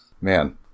man